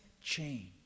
change